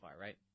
right